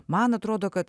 man atrodo kad